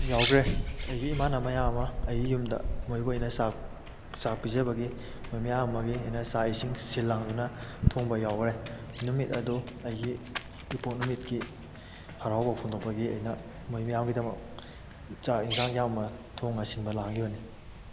ꯌꯥꯎꯈꯔꯦ ꯑꯩꯒꯤ ꯏꯃꯥꯅꯕ ꯃꯌꯥꯝ ꯑꯃ ꯑꯩꯒꯤ ꯌꯨꯝꯗ ꯃꯣꯏꯕꯨ ꯑꯩꯅ ꯆꯥꯛ ꯄꯤꯖꯕꯒꯤ ꯃꯣꯏ ꯃꯌꯥꯝ ꯑꯃꯒꯤ ꯑꯩꯅ ꯆꯥꯛ ꯏꯁꯤꯡ ꯁꯤꯜ ꯂꯥꯡꯗꯨꯅ ꯊꯣꯡꯕ ꯌꯥꯎꯈ꯭ꯔꯦ ꯅꯨꯃꯤꯠ ꯑꯗꯣ ꯑꯩꯒꯤ ꯏꯄꯣꯛ ꯅꯨꯃꯤꯠꯀꯤ ꯍꯔꯥꯎꯕ ꯐꯣꯡꯗꯣꯛꯄꯒꯤ ꯑꯩꯅ ꯃꯣꯏ ꯃꯌꯥꯝꯒꯤꯗꯃꯛ ꯆꯥꯛ ꯌꯦꯟꯁꯥꯡ ꯌꯥꯝꯅ ꯊꯣꯡꯉꯒ ꯁꯤꯟꯕ ꯂꯥꯡꯈꯤꯕꯅꯤ